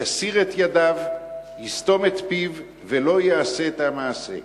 יסיר את ידיו, יסתום את פיו ולא יעשה את המעשה.